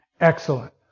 Excellent